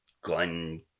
Glenn